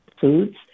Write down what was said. foods